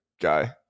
guy